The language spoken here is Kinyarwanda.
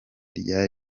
rya